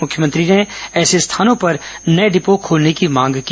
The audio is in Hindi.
मुख्यमंत्री र्न ऐसे स्थानों पर नए डिपो खोलने की मांग की